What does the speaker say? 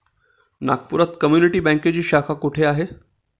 नागपुरात कम्युनिटी बँकेची शाखा कुठे आहे?